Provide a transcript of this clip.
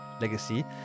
legacy